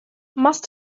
must